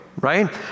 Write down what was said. right